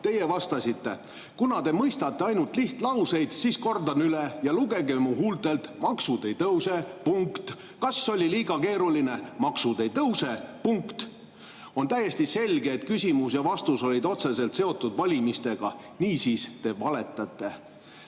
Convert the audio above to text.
Teie vastasite: "Kuna te mõistate ainult lihtlauseid, siis kordan üle ja lugege mu huultelt: maksud ei tõuse. Punkt. Kas oli liiga keeruline? Maksud ei tõuse. Punkt." On täiesti selge, et küsimus ja vastus olid otseselt seotud valimistega. Niisiis te valetate.